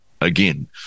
again